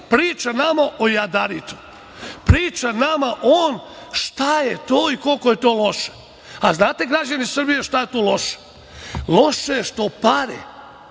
priča nama o jadaritu. Priča nama on šta je to i koliko je to loše. Pa, znate građani Srbije šta je tu loše? Loše je što pare